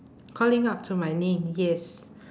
calling up to my name yes